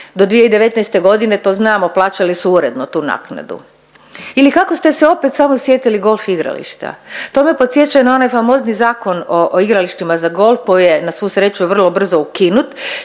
do 2019.g. to znamo plaćali su uredno tu naknadu. Ili kako ste se opet samo sjetili golf igrališta? To me podsjeća na onaj famozni Zakon o igralištima za golf koji je na svu sreću vrlo brzo ukinut